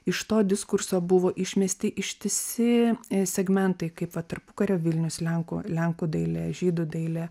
iš to diskurso buvo išmesti ištisi segmentai kaip va tarpukario vilnius lenkų lenkų dailė žydų dailė